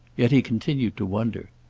yet he continued to wonder.